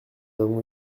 avons